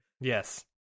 Yes